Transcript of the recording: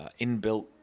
inbuilt